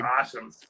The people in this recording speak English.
awesome